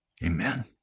Amen